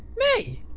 mae,